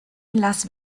las